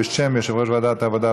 בשם יושב-ראש ועדת העבודה,